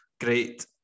great